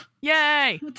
Yay